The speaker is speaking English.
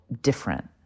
different